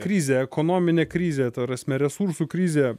krizė ekonominė krizė ta prasme resursų krizė